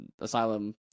Asylum